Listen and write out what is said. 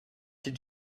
did